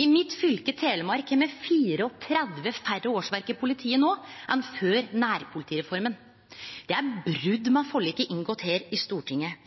I mitt fylke, Telemark, har me 34 færre årsverk i politiet no enn før nærpolitireforma. Det er brot med forliket inngått her i Stortinget.